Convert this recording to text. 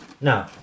No